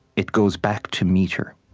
it goes back to meter.